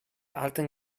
alten